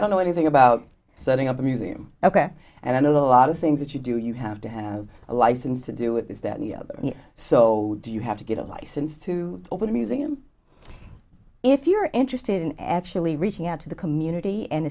don't know anything about serving up a museum ok and i know a lot of things that you do you have to have a license to do it is that so do you have to get a license to open a museum if you're interested in actually reaching out to the community and